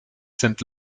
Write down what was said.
sind